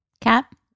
Cap